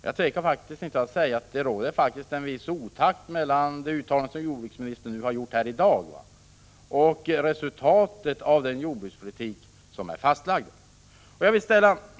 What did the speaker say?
Jag tvekar inte att säga att det är en viss otakt mellan de uttalanden som jordbruksministern gör i dag och resultatet av den jordbrukspolitik som är fastlagd. 1.